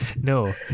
No